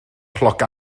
cloc